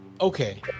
Okay